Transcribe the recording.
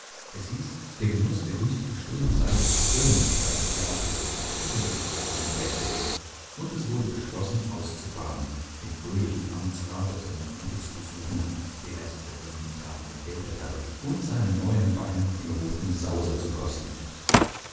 es hieß der genuß der günstigen stunde sei sich zu gönnen da das jahr vielleicht nicht viele solcher tage mehr brächte und es wurde beschlossen auszufahren den fröhlichen amtsrat auf seinem gute zu besuchen der erst vor wenigen tagen gekeltert hatte und seinen neuen wein den roten sauser zu kosten